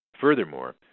Furthermore